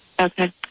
Okay